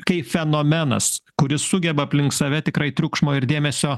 kai fenomenas kuris sugeba aplink save tikrai triukšmo ir dėmesio